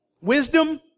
Wisdom